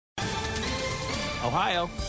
Ohio